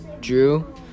drew